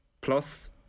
plus